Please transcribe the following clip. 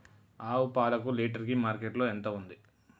ఆవు పాలకు లీటర్ కి మార్కెట్ లో ఎంత ఉంది?